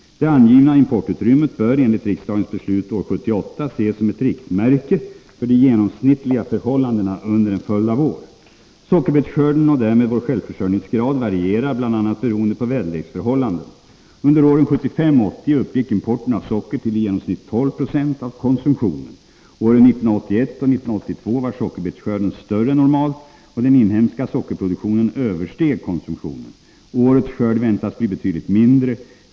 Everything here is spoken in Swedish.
Det angivna importutrymmet bör, enligt riksdagens beslut år 1978, ses som ett riktmärke för de genomsnittliga förhållandena under en följd av år. Sockerbetsskörden och därmed vår självförsörjningsgrad varierar bl.a. beroende på väderleksförhållanden. Under åren 1975-1980 uppgick importen av socker till i genomsnitt 12 70 av konsumtionen. Åren 1981 och 1982 var sockerbetsskörden större än normalt, och den inhemska sockerproduktionen översteg konsumtionen. Årets skörd väntas bli betydligt mindre.